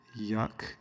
yuck